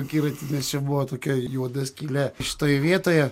akiratį nes čia buvo tokia juoda skylė šitoj vietoje